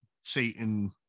satan